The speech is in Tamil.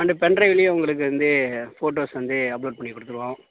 அண்ட் பென் டிரைவ்லேயும் உங்களுக்கு வந்து ஃபோட்டோஸ் வந்து அப்லோட் பண்ணி கொடுத்துடுவோம்